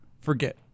forget